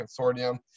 consortium